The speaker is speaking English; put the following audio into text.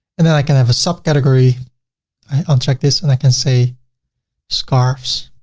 and then i can have a sub category. i'll uncheck this and i can say scarfs,